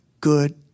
good